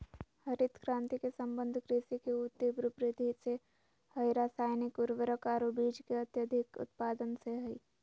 हरित क्रांति के संबंध कृषि के ऊ तिब्र वृद्धि से हई रासायनिक उर्वरक आरो बीज के अत्यधिक उत्पादन से हई